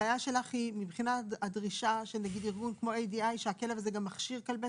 הבעיה שלך היא מבחינת הדרישה של ארגון כמו ADI שהמרכז הזה גם מכשיר כלבי